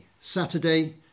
Saturday